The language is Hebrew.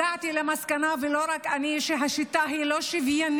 הגעתי למסקנה, ולא רק אני שהשיטה היא לא שוויונית,